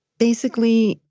basically,